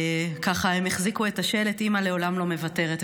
ככה, הן החזיקו את השלט "אימא לעולם לא מוותרת".